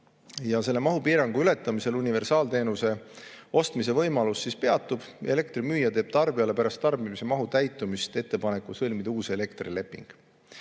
Ja selle mahupiirangu ületamisel universaalteenuse ostmise võimalus peatub. Elektrimüüja teeb tarbijale pärast tarbimise mahu täitumist ettepaneku sõlmida uus elektrileping.